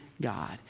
God